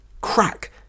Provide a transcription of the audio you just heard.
crack